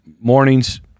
Mornings